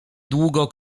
długo